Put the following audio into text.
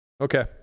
okay